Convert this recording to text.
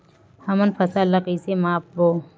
हमन फसल ला कइसे माप बो?